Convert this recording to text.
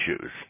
issues